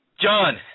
John